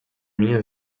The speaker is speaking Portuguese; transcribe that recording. minha